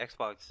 Xbox